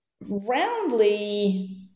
roundly